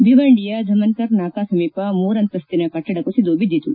ಭಿವಂಡಿಯ ಧಮನ್ಕರ್ ನಾಕಾ ಸಮೀಪ ಮೂರಂತ್ರಿನ ಕಟ್ಟಡ ಕುಸಿದು ಬಿದ್ಲಿತು